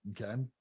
okay